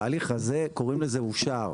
בהליך הזה קוראים לזה אושר,